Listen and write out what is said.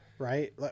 Right